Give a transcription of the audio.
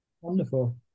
wonderful